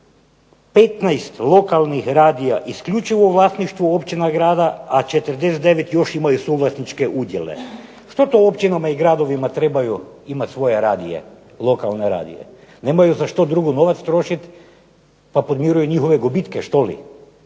15 lokalnih radija isključivo u vlasništvu općina i grada, a 49 još imaju suvlasničke udjele. Što to općinama i gradovima trebaju imati svoje radije, lokalne radije? Nemaju za što drugo novac trošiti pa podmiruju njihove gubitke, što li?